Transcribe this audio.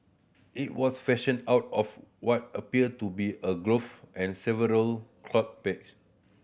it was fashioned out of what appear to be a glove and several peg